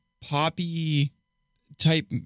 poppy-type